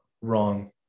wrong